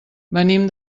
venim